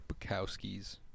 Bukowski's